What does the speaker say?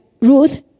Ruth